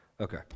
Okay